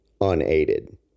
unaided